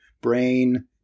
brain